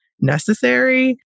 necessary